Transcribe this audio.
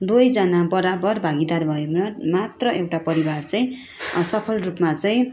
दुवैजना बराबर भागिदार भएमा मात्र एउटा परिवार चाहिँ सफल रूपमा चाहिँ